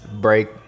break